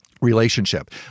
relationship